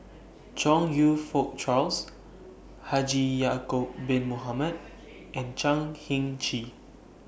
Chong YOU Fook Charles Haji Ya'Acob Bin Mohamed and Chan Heng Chee